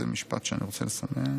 זה משפט שאני רוצה לסמן.